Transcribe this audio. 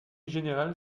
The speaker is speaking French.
général